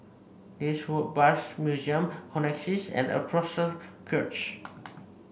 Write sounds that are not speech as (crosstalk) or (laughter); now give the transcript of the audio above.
this Woodbridge Museum Connexis and (unintelligible)